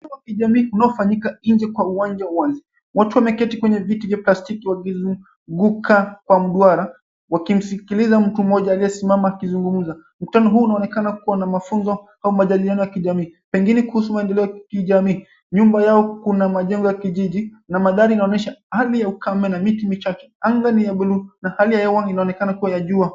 ...wa kijamii unaofanyika nje kwa uwanja wazi. Watu wameketii kwenye viti vya plastiki wakizunguka kwa mduara wakimsikiliza mtu mmoja aliyesimama akizungumza. Mkutano huu unaonekana kuwa na mafunzo au majadiliano ya kijamii. Pengine kuhusu maendeleo ya kijamii. Nyuma yao kuna majengo ya kijiji na madhari inaonyesha hali ya ukame na miti michache. Anga ni ya buluu na hali ya hewa inaonekana kuwa ya jua.